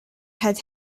had